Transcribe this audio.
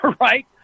Right